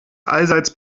allseits